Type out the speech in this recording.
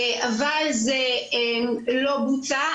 אבל זה לא בוצע,